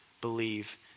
believe